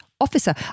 officer